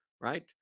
Right